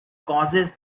causes